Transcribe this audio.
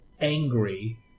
angry